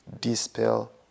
dispel